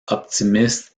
optimiste